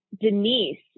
Denise